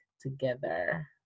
together